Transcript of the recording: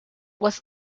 was